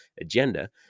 agenda